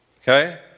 Okay